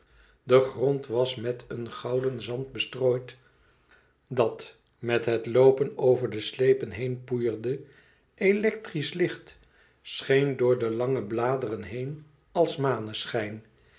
de grond was met een gouden zand bestrooid dat met het loopen over de slepen heen poeierde electrisch licht scheen door de lange bladeren heen als maneschijn